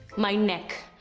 my neck.